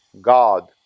God